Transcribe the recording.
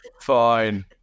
fine